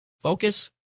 Focus